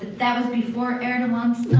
that was before erdogan's